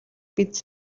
биз